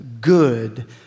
good